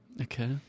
Okay